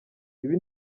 ibi